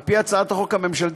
על פי הצעת החוק הממשלתית,